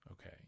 okay